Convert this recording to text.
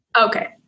Okay